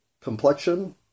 complexion